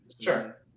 Sure